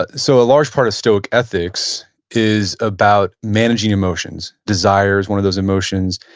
but so, a large part of stoic ethics is about managing emotions. desire is one of those emotions,